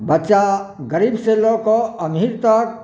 बच्चा गरीब से लऽ कऽ अमीर तक